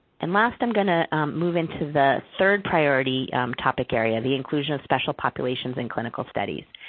and last, i'm going to move into the third priority topic area, the inclusion of special populations in clinical studies.